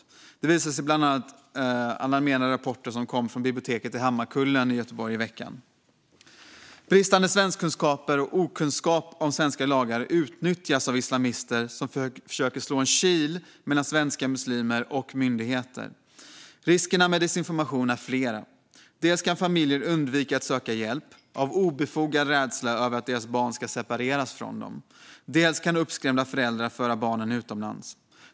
Detta visade bland annat alarmerande rapporter från biblioteket i Hammarkullen i Göteborg i veckan. Bristande svenskkunskaper och okunskap om svenska lagar utnyttjas av islamister som försöker slå in en kil mellan svenska muslimer och myndigheter. Riskerna med desinformationen är flera. Dels kan familjer undvika att söka hjälp av obefogad rädsla över att deras barn ska separeras från dem, dels kan uppskrämda föräldrar föra barnen utomlands.